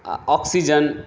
आओर ऑक्सिजन